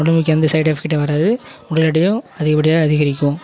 உடம்புக்கு எந்த சைடு எஃபெக்ட்டும் வராது உடல் எடையும் அதிகப்படியாக அதிகரிக்கும்